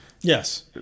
Yes